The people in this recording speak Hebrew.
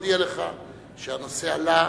שהנושא עלה,